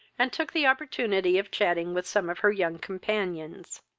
and took the opportunity of chatting with some of her young companions.